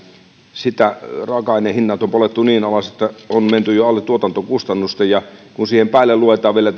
raaka ainehinnat on poljettu niin alas että on menty jo alle tuotantokustannusten kun siihen päälle luetaan vielä